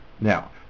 Now